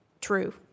true